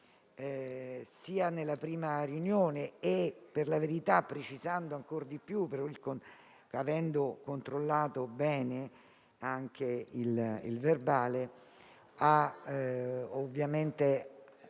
nella prima riunione, ma per la verità precisando ancor di più avendo controllato bene il verbale,